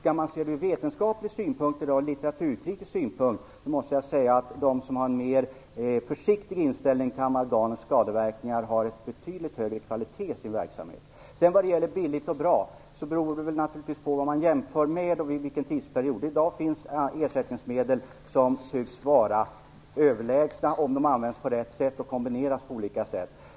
Ur vetenskaplig och litteraturkritisk synpunkt måste jag säga att de som haft en mer försiktig inställning till amalgamets skadeverkningar har en betydligt högre kvalitet i sin verksamhet. Marianne Andersson säger att det finns de som säger att amalgamet är billigt och bra. Det beror naturligtvis på vad man jämför med och vilken tidsperiod det gäller. I dag finns ersättningsmedel som sägs var överlägsna om de används på rätt sätt och kombineras på ett visst sätt.